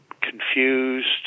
confused